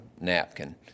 napkin